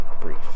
brief